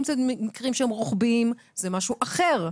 אם אלה מקרים שהם רוחביים, זה משהו אחר.